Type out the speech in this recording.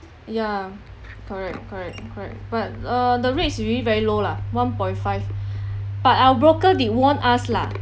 ya correct correct correct but uh the rates usually very low lah one point five but our broker did warn us lah